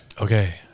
Okay